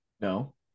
No